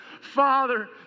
Father